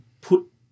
put